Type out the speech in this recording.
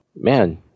man